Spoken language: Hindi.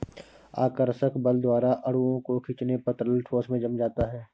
आकर्षक बल द्वारा अणुओं को खीचने पर तरल ठोस में जम जाता है